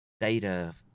data